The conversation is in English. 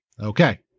Okay